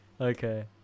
Okay